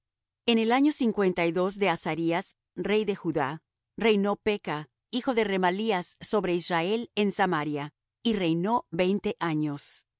en el año cincuenta y dos de azarías rey de judá reinó peka hijo de remalías sobre israel en samaria y reinó veinte años